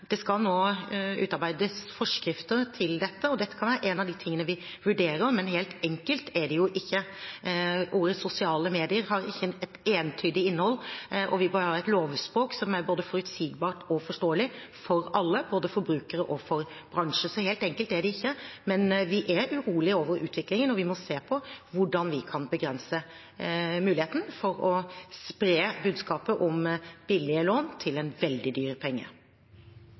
Det skal nå utarbeides forskrifter til dette, og dette kan være en av de tingene vi vurderer, men helt enkelt er det jo ikke. Begrepet «sosiale medier» har ikke et entydig innhold, og vi bør ha et lovspråk som er både forutsigbart og forståelig for alle, både for forbrukere og for bransjen. Så helt enkelt er det ikke, men vi er urolige over utviklingen, og vi må se på hvordan vi kan begrense muligheten for å spre budskapet om billige lån til en veldig dyr penge.